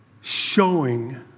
showing